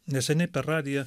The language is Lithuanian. neseniai per radiją